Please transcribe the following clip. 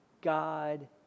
God